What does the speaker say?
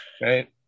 right